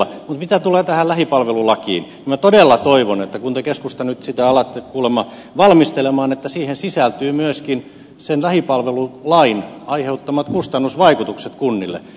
mutta mitä tulee tähän lähipalvelulakiin niin minä todella toivon että kun te keskustassa nyt sitä alatte kuulemma valmistelemaan niin siihen sisältyy myöskin sen lähipalvelulain aiheuttamat kustannusvaikutukset kunnille